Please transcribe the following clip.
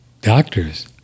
doctors